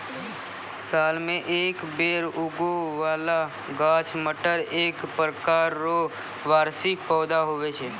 साल मे एक बेर उगै बाला गाछ मटर एक प्रकार रो वार्षिक पौधा हुवै छै